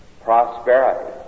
prosperity